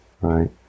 Right